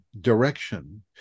direction